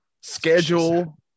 schedule